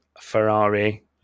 ferrari